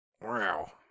Wow